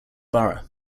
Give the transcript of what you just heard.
borough